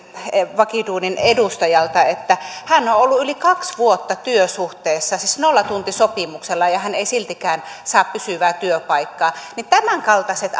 vakiduunin edustajalta että hän on on ollut yli kaksi vuotta työsuhteessa nollatuntisopimuksella ja ja hän ei siltikään saa pysyvää työpaikkaa tämänkaltaiset